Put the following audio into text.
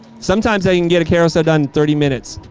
sometimes i can get a carousel done thirty minutes.